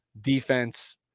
defense